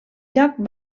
lloc